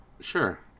Sure